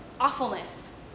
awfulness